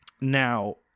Now